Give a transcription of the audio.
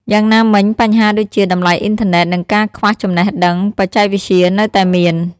យ៉ាងណាមិញ បញ្ហាដូចជា តម្លៃអ៊ីនធឺណេត និងការខ្វះចំណេះដឹងបច្ចេកវិទ្យានៅតែមាន។